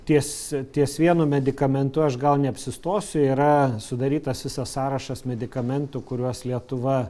ties ties vienu medikamentu aš gal neapsistosiu yra sudarytas visas sąrašas medikamentų kuriuos lietuva